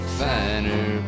finer